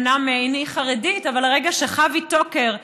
אומנם איני חרדית אבל הרגע שבו חוי טוקר,